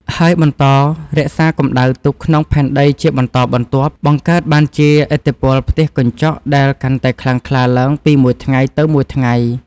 ហើយបន្តរក្សាកម្ដៅទុកក្នុងផែនដីជាបន្តបន្ទាប់ បង្កើតបានជាឥទ្ធិពលផ្ទះកញ្ចក់ដែលកាន់តែខ្លាំងក្លាឡើងពីមួយថ្ងៃទៅមួយថ្ងៃ។